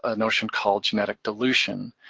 ah notion called genetic dilution.